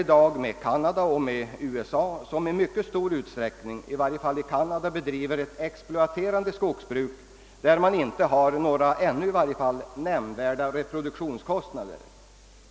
Vi konkurrerar med Canada och med USA, som i stor utsträckning — det gäller i varje fall Canada — bedriver ett exploaterande skogsbruk utan att i varje fall ännu ha några nämnvärda reproduktionskostnader.